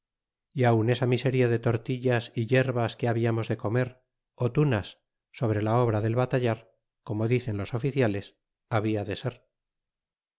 y aun esa miseria de tortillas e yerbas que hablamos de comer á tunas sobre la obra del batallar como dicen los oficiales habla de ser